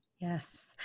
Yes